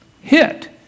hit